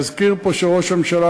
להזכיר פה שראש הממשלה,